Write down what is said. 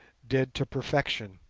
did to perfection,